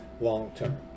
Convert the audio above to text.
long-term